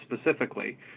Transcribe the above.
specifically